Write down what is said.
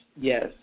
Yes